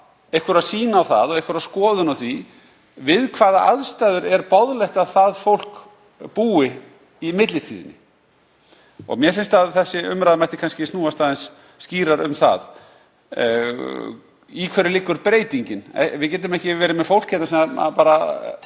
einhverja sýn á það og einhverja skoðun á því við hvaða aðstæður er boðlegt að það fólk búi í millitíðinni. Mér finnst að þessi umræða mætti kannski snúast aðeins skýrar um það, í hverju breytingin liggur. Við getum ekki verið með fólk hérna sem bara